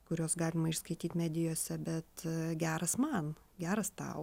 kuriuos galima išskaityt medijose bet geras man geras tau